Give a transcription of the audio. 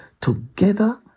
Together